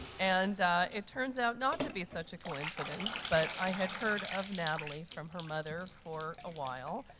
and it turns out not to be such a coincidence, but i had heard of natalie from her mother for a while.